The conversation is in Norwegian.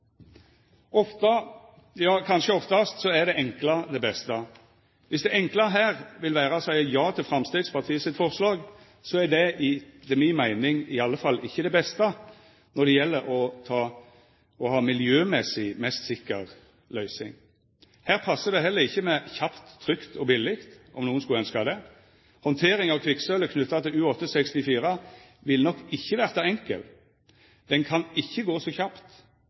Ofte, ja kanskje oftast, er det enkle det beste. Viss det enkle her vil vera å seia ja til Framstegspartiet sitt forslag, er det etter mi meining i alle fall ikkje det beste når det gjeld å få ei mest mogleg sikker løysing for miljøet. Her passar det heller ikkje med kjapt, trygt og billeg, om nokon skulle ønskja det. Handteringa av kvikksølvet knytt til U-864 vil nok ikkje verta enkel. Ho kan ikkje gå så kjapt